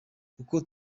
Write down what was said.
kuko